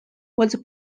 was